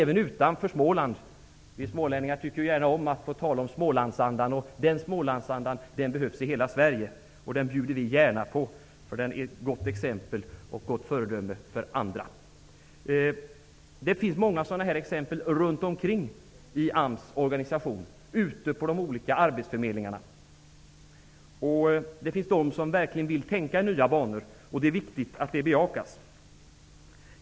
Vi smålänningar vill ju gärna tala om Smålandsandan; den behövs i hela Sverige, och den bjuder vi gärna på -- den är ett gott föredöme för andra. Det finns alltså många sådana exempel runt omkring i AMS organisation -- ute på arbetsförmedlingarna. Det finns de som verkligen vill tänka i nya banor, och det är viktigt att det bejakas.